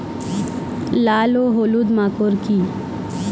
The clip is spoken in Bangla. লাল ও হলুদ মাকর কী?